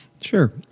Sure